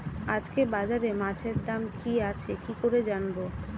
আজকে বাজারে মাছের দাম কি আছে কি করে জানবো?